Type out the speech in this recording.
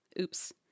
oops